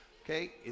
Okay